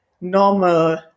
normal